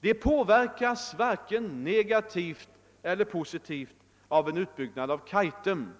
Det påverkas varken negativt eller positivt av en utbyggnad av Kaitum,